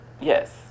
Yes